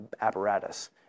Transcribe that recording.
apparatus